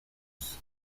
use